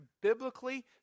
Biblically